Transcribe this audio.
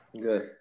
good